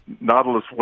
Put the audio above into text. Nautilus